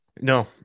No